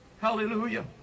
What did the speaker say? Hallelujah